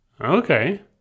Okay